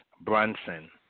Brunson